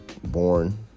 born